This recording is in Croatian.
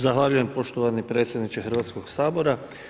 Zahvaljujem poštovani predsjedniče Hrvatskog sabora.